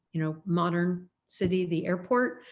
you know, modern city, the airport.